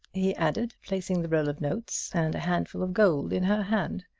he added, placing the roll of notes and a handful of gold in her hand.